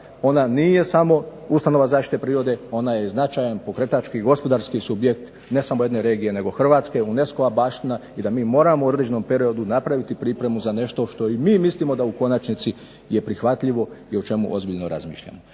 ona nije samo ustanova zaštite prirode ona je i značajan pokretački, gospodarski subjekt ne samo jedne regije nego Hrvatske, UNESCO-va baština i da mi moramo u određenom periodu napraviti pripremu za nešto što i mi mislimo da u konačnici je prihvatljivo i o čemu ozbiljno razmišljamo.